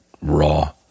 raw